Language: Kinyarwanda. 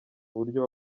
buryo